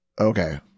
Okay